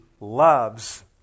loves